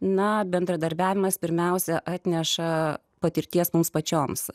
na bendradarbiavimas pirmiausia atneša patirties mums pačioms